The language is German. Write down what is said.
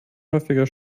häufiger